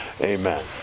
Amen